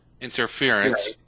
interference